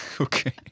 Okay